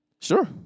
Sure